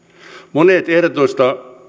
monet ehdotetuista